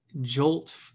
Jolt